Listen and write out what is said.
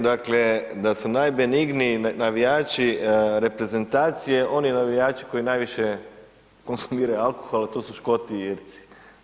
Dakle da su najbenigniji navijači reprezentacije, oni navijači koji najviše konzumiraju alkohol a to su Škoti i Irci.